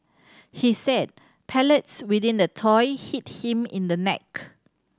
he said pellets within the toy hit him in the neck